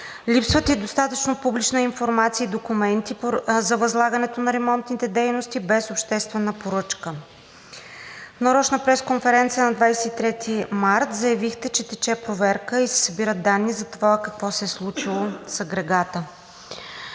Липсват и достатъчно публична информация, и документи за възлагането на ремонтните дейности без обществена поръчка. В нарочна пресконференция на 23 март заявихте, че тече проверка и се събират данни за това какво се е случило с агрегата.